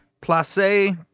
Place